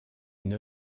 une